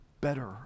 better